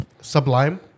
sublime